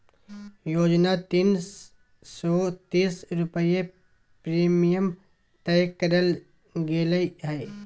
योजना तीन सो तीस रुपये प्रीमियम तय करल गेले हइ